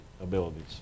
abilities